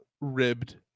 Ribbed